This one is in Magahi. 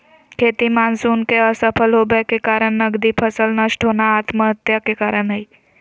खेती मानसून के असफल होबय के कारण नगदी फसल नष्ट होना आत्महत्या के कारण हई